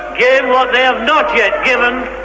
yeah what they have not yet given